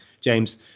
James